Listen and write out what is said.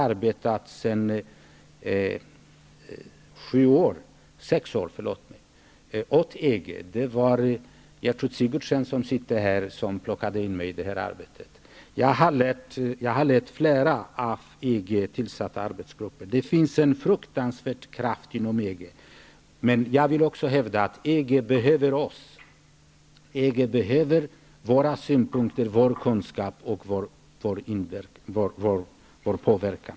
Jag har sedan sex år tillbaka arbetat åt EG. Det var Gertrud Sigurdsen -- hon sitter här -- som förde in mig i det arbetet. Jag har lett flera av EG tillsatta arbetsgrupper. Det finns en fruktansvärd kraft inom EG, men jag vill också hävda att EG behöver oss, EG behöver våra synpunkter, vår kunskap och vår påverkan.